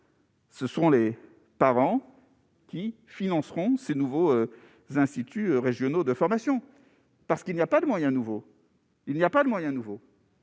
Ce sont les parents qui financeront ces nouveaux instituts régionaux de formation parce qu'il n'y a pas de moyens nouveaux. Il n'y a pas de moyen nouveau.